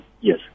yes